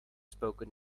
spoken